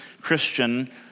Christian